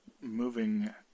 moving